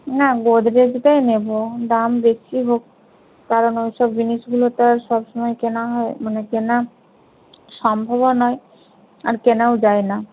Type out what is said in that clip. না গোদরেজটাই নেব দাম বেশি হোক কারণ ওই সব জিনিসগুলো তো আর সবসময় কেনা হয় মানে কেনা সম্ভবও নয় আর কেনাও যায় না